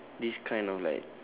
this kind of like